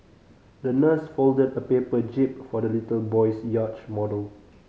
the nurse folded a paper jib for the little boy's yacht model